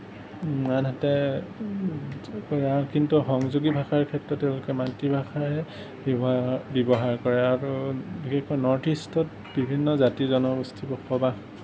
আনহাতে এয়া কিন্তু সংযোগী ভাষাৰ ক্ষেত্ৰতো মাতৃভাষাহে ব্য়ৱহাৰ ব্যৱহাৰ কৰে আৰু বিশেষকৈ নৰ্থ ইষ্টত বিভিন্ন জাতি জনগোষ্ঠীয়ে বসবাস কৰে